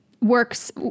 works